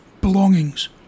belongings